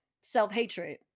self-hatred